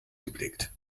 geblickt